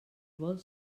vol